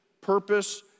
purpose